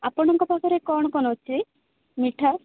ଆପଣଙ୍କ ପାଖରେ କ'ଣ କ'ଣ ଅଛି ମିଠା